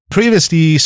previously